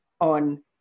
on